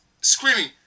screaming